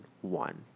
one